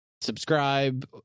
subscribe